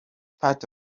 part